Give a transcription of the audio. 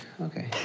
Okay